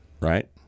right